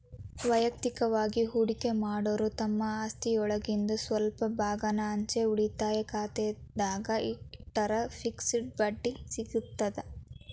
ವಯಕ್ತಿಕವಾಗಿ ಹೂಡಕಿ ಮಾಡೋರು ತಮ್ಮ ಆಸ್ತಿಒಳಗಿಂದ್ ಸ್ವಲ್ಪ ಭಾಗಾನ ಅಂಚೆ ಉಳಿತಾಯ ಖಾತೆದಾಗ ಇಟ್ಟರ ಫಿಕ್ಸ್ ಬಡ್ಡಿ ಸಿಗತದ